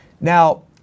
Now